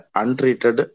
untreated